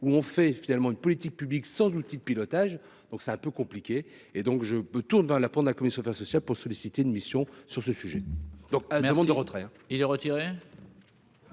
où on fait finalement une politique publique sans outil de pilotage, donc c'est un peu compliqué et donc je me tourne vers la prendre la commission sociales pour solliciter une mission. Sur ce sujet, donc nous avons de retraits